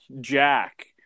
Jack